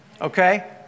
Okay